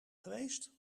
geweest